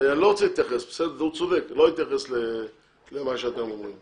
רוצה להתייחס למה שאתם אומרים.